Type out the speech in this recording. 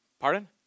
Pardon